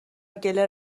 گلر